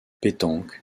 pétanque